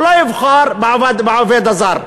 הוא לא יבחר בעובד הזר.